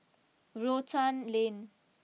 Rotan Lane